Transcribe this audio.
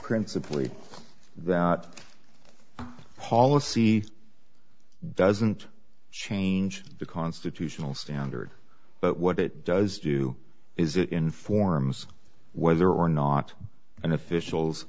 principally that policy doesn't change the constitutional standard but what it does do is it informs whether or not an official